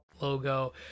Logo